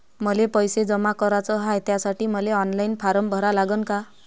मले पैसे जमा कराच हाय, त्यासाठी मले ऑनलाईन फारम भरा लागन का?